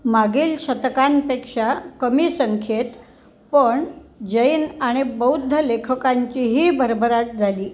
मागील शतकांपेक्षा कमी संख्येत पण जैन आणि बौद्ध लेखकांची ही भरभराट झाली